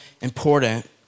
important